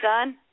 son